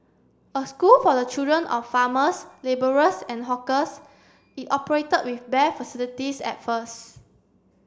a school for the children of farmers labourers and hawkers it operated with bare facilities at first